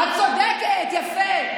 צודקת, יפה.